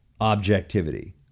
objectivity